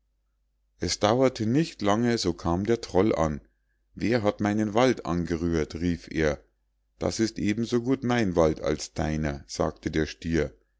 es dauerte nicht lange so kam der troll an wer hat meinen wald angerührt rief er das ist eben so gut mein wald als deiner sagte der stier